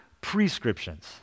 prescriptions